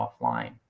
offline